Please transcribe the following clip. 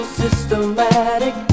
systematic